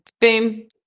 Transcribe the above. boom